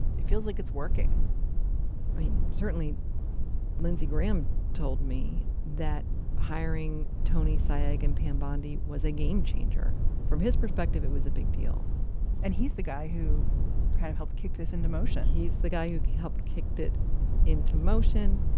it feels like it's working i mean, certainly lindsey graham told me that hiring tony saige like and pam bondi was a game changer from his perspective. it was a big deal and he's the guy who kind of helped kick this into motion he's the guy who helped kicked it into motion.